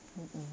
mm